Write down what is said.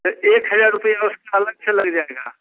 तो एक हज़ार रुपया उसका अलग से लग जाएगा